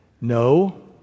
No